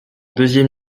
deuxième